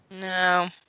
No